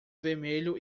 vermelho